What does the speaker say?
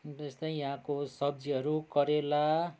अन्त यस्तै यहाँको सब्जीहरू करेला